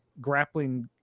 grappling